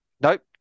Nope